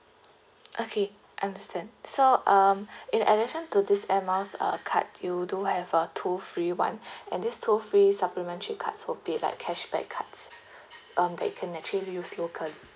okay understand so um in addition to this air miles uh card you do have a two free one and these two free supplementary cards would be like cashback cards um they can actually use local